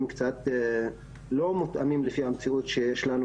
שהם קצת לא מותאמים על פי המציאות שיש לנו,